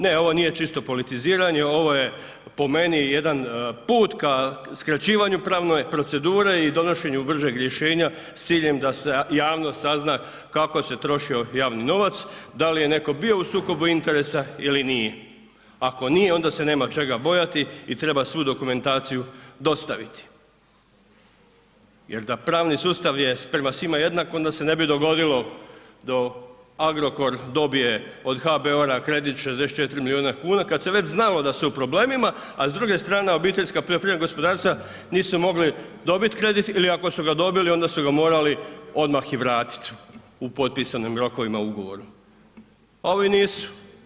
Ne ovo nije čisto politiziranje, ovo je po meni jedan put ka skraćivanju pravne procedure i donošenju bržeg rješenja s ciljem da javnost sazna kako se trošio javni novac, da li je netko bio u sukobu interesa ili nije, ako nije onda se nema čega bojati i treba svu dokumentaciju dostaviti jer da pravni sustav je prema svima jednak onda se ne bi dogodilo da Agrokor dobije od HBOR-a kredit 64 milijuna kuna kad se već znalo da su u problemima, a s druge strane OPG-ovi nisu mogli dobit kredit ili ako su ga dobili onda su ga morali odmah i vratit u potpisanim rokovima u ugovoru, a ovi nisu.